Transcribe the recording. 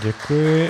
Děkuji.